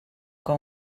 que